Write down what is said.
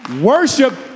Worship